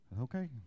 Okay